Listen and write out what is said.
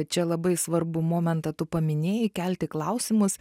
čia labai svarbų momentą tu paminėjai kelti klausimus